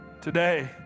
Today